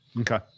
Okay